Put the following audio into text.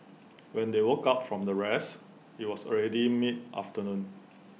when they woke up from their rest IT was already mid afternoon